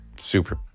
super